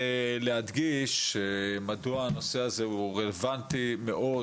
להדגיש מדוע הנושא הזה הוא רלוונטי מאוד